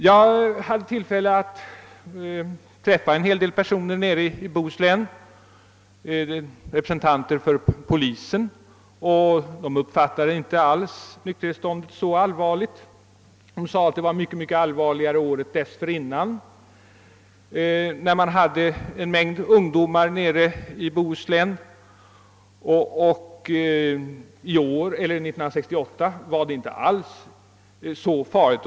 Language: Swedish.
Jag hade tillfälle att träffa representanter för polisen nere i Bohuslän, och dessa uppfattade inte alls nykterhetstillståndet så allvarligt. De sade att det hade varit mycket allvarligare året dessförinnan, när man hade en mängd ungdomar på besök i Bohuslän. År 1968 var läget inte alls allvarligt.